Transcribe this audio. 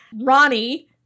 Ronnie